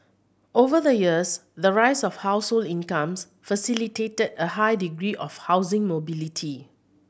over the years the rise of household incomes facilitated a high degree of housing mobility